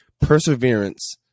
Perseverance